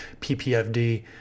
ppfd